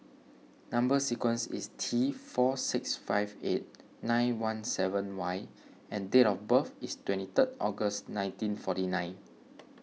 Number Sequence is T four six five eight nine one seven Y and date of birth is twenty third August nineteen forty nine